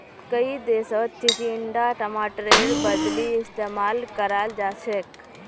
कई देशत चिचिण्डा टमाटरेर बदली इस्तेमाल कराल जाछेक